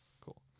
Cool